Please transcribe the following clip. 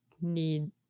need